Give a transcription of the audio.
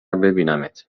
ببینمت